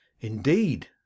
Indeed